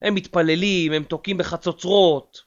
הם מתפללים, הם תוקים בחצוצרות